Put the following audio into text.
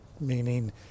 meaning